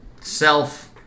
Self